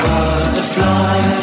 Butterfly